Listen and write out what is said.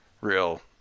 real